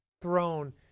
throne